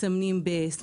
מסמנים ב-S,